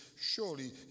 surely